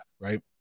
Right